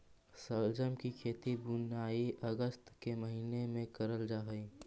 शलजम की खेती बुनाई अगस्त के महीने में करल जा हई